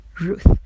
Ruth